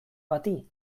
bati